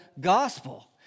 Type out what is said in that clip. gospel